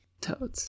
Toads